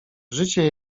życie